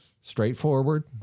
straightforward